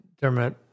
Dermot